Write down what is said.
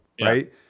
right